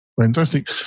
fantastic